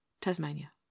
tasmania